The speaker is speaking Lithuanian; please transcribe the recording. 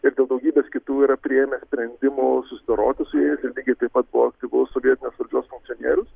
ir dėl daugybės kitų yra priėmęs sprendimų susidoroti su jais ir lygiai taip pat buvo buvo aktyvus sovietinės valdžios funkcionierius